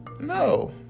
No